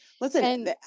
Listen